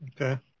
Okay